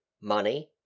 money